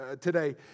today